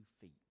feet